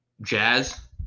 jazz